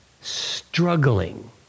Struggling